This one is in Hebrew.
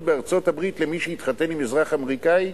בארצות-הברית למי שהתחתן עם אזרח אמריקני?